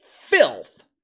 filth